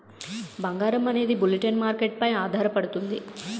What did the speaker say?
బంగారం అనేది bulletin market పై ఆధారపడుతుంది